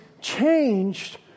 changed